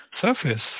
surface